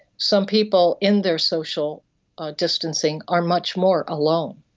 some people in their social distancing are much more alone,